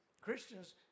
Christians